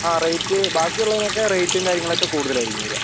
ആ റേറ്റ് ബാക്കി ഉള്ളതിനൊക്കെ റേറ്റും കാര്യങ്ങളൊക്കെ കൂടുതലായിരിക്കും വരിക